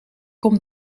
kom